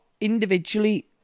Individually